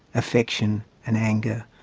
affection and anger,